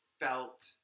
felt